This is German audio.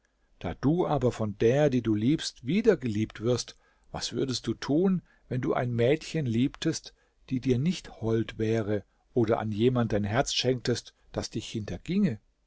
da du aber von der die du liebst wieder geliebt wirst was würdest du tun wenn du ein mädchen liebtest die dir nicht hold wäre oder an jemand dein herz schenktest das dich